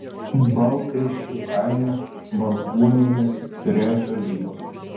baltriškių kaime baltuonienė turėjo sodybą